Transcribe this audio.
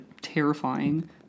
terrifying